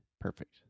Perfect